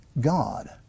God